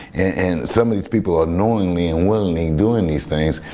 and some of these people are knowingly and willingly doing these things.